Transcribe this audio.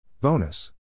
Bonus